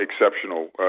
exceptional